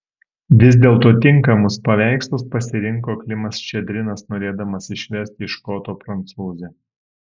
vis dėlto tinkamus paveikslus pasirinko klimas ščedrinas norėdamas išversti iš koto prancūzę